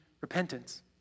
repentance